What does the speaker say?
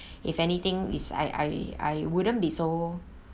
if anything is I I I wouldn't be so